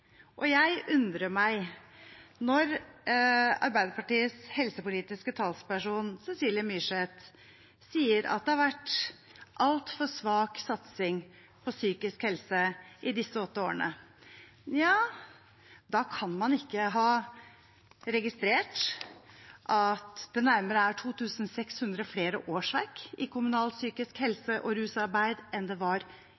skjedd. Jeg undrer meg når Arbeiderpartiets helsepolitiske talsperson, Cecilie Myrseth, sier at det har vært altfor svak satsing på psykisk helse i disse åtte årene. Da kan man ikke ha registrert at det er nærmere 2 600 flere årsverk i kommunalt psykisk